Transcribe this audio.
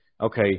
okay